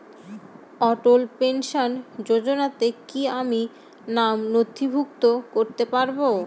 অটল pension যোজনাতে কি আমি নাম নথিভুক্ত করতে পারবো?